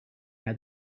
now